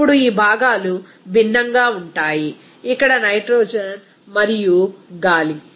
ఇప్పుడు ఈ భాగాలు భిన్నంగా ఉంటాయి ఇక్కడ నైట్రోజన్ మరియు గాలి